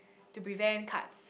to prevent cuts